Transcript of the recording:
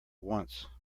once